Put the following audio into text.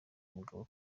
mugabo